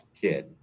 kid